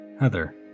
Heather